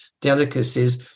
delicacies